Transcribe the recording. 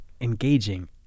engaging